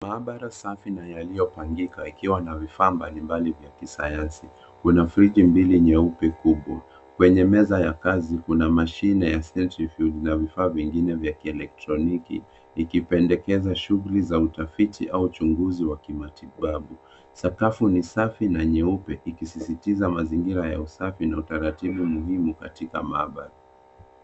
Maabara safi na yaliyopangika ikiwa na vifaa mbalimbali vya kisayansi. Kuna friji mbili nyeupe, kubwa. Kwenye meza ya kazi, kuna mashine ya (cs) centrifuge (cs) na vifaa vingine vya kielektroniki, ikipendekeza shughuli za utafiti au uchunguzi wa kimatibabu. Sakafu ni safi na nyeupe ikisisitiza mazingira ya usafi na utaratibu muhimu katika maabara.